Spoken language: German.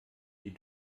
die